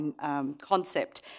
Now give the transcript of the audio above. concept